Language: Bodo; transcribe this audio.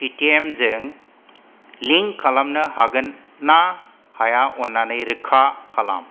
पेटिएमजों लिंक खालामनो हागोन ना हाया अन्नानै रोखा खालाम